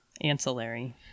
ancillary